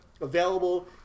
available